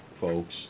folks